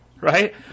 right